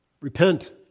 Repent